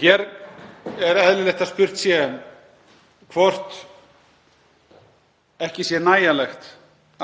Hér er eðlilegt að spurt sé hvort ekki sé nægjanlegt